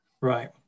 Right